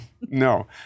no